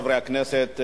חברי הכנסת,